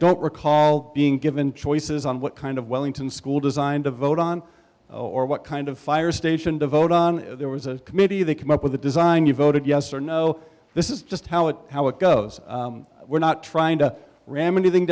don't recall being given choices on what kind of wellington school designed a vote on or what kind of fire station to vote on there was a committee that came up with the design you voted yes or no this is just how it how it goes we're not trying to ram anything